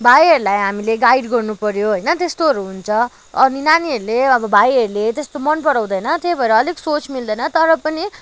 भाइहरूलाई हामीले गाइड गर्नुपऱ्यो होइन त्यस्तोहरू हुन्छ अनि नानीहरूले अब भाइहरूले त्यस्तो मन पराउँदैन त्यही भएर अलिक सोच मिल्दैन तर पनि